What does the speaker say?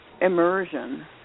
immersion